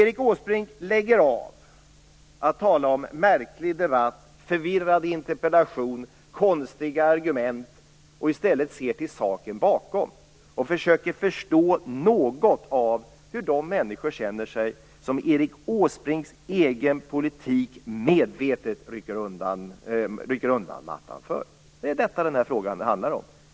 Erik Åsbrink bör sluta att tala om märklig debatt, förvirrad interpellation och konstiga argument och i stället se till saken där bakom. Han bör i stället försöka förstå något av hur de människor känner sig som hans egen politik rycker undan mattan för. Det är detta som den här frågan handlar om.